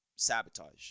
sabotage